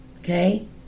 Okay